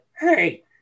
hey